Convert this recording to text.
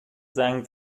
زنگ